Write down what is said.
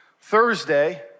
Thursday